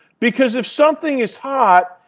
because if something is hot,